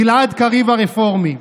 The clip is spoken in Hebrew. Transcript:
גלעד קריב הרפורמי.